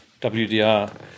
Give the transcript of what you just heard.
WDR